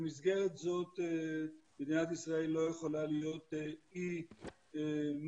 במסגרת זאת מדינת ישראל לא יכולה להיות אי מנותק